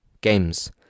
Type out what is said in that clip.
games